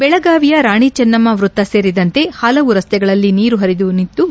ಬೆಳಗಾವಿಯ ರಾಣಿ ಚೆನ್ನಮ್ಮ ವೃತ್ತ ಸೇರಿದಂತೆ ಹಲವು ರಸ್ತೆಗಳಲ್ಲಿ ನೀರು ಪರಿಯುತ್ತಿದ್ದು